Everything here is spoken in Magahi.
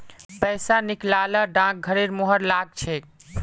पैसा निकला ल डाकघरेर मुहर लाग छेक